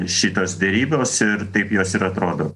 šitos derybos ir taip jos ir atrodo